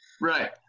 Right